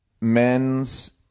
men's